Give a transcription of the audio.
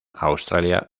australia